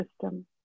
system